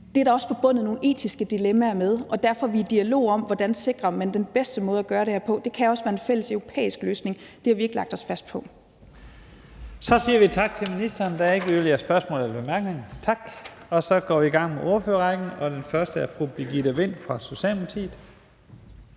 Det er også forbundet med nogle etiske dilemmaer, og derfor er vi i dialog om, hvordan man sikrer, at det er den bedste måde at gøre det her på. Det kan også være en fælles europæisk løsning. Det har vi ikke lagt os fast på. Kl. 15:26 Første næstformand (Leif Lahn Jensen): Så siger vi tak til ministeren. Der er ikke yderligere spørgsmål eller korte bemærkninger. Tak. Så går vi i gang med ordførerrækken, og den første er fru Birgitte Vind fra Socialdemokratiet.